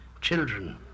children